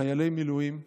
חיילי מילואים לוחמים,